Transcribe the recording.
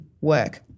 work